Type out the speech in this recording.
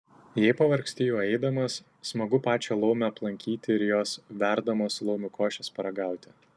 jei pavargsti juo eidamas smagu pačią laumę aplankyti ir jos verdamos laumių košės paragauti